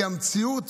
המציאות